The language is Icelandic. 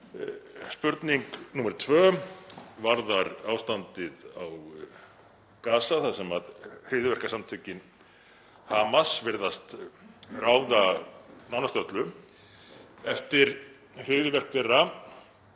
Spurning nr. 2 varðar ástandið á Gaza þar sem hryðjuverkasamtökin Hamas virðast ráða nánast öllu. Eftir hryðjuverk þeirra